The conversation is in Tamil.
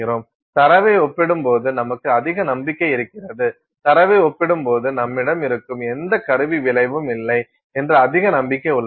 தரவை ஒப்பிடும் போது நமக்கு அதிக நம்பிக்கை இருக்கிறது தரவை ஒப்பிடும் போது நம்மிடம் இருக்கும் எந்த கருவி விளைவும் இல்லை என்று அதிக நம்பிக்கை உள்ளது